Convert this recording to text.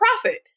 profit